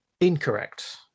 Incorrect